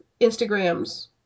instagrams